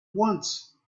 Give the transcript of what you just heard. once